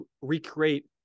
recreate